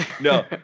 No